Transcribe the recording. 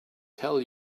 tell